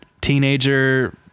teenager